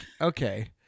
okay